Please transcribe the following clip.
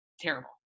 terrible